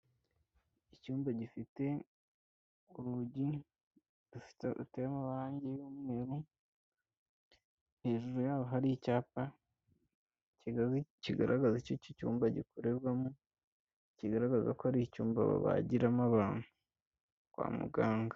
Icyumba gifite urugi ruteye amarangi y'umweru, hejuru yaho hari icyapa kigaragaza ko iki cyumba gikorerwamo kigaragaza ko ari icyumba babagiramo abantu kwa muganga.